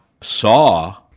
saw